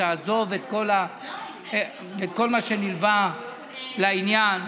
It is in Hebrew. תעזוב את כל מה שנלווה לעניין.